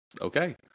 okay